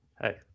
Hey